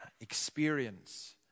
experience